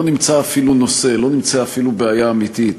לא נמצא אפילו נושא, לא נמצאה אפילו בעיה אמיתית.